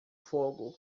fogo